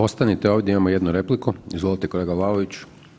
Ostanite ovdje, imao jednu repliku, izvolite kolega Vlaović.